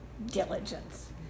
Diligence